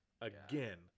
Again